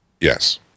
Yes